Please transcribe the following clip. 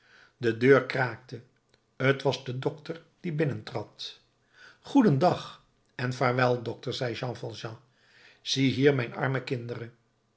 de deur kraakte t was de dokter die binnentrad goedendag en vaarwel dokter zei jean valjean ziehier mijn arme kinderen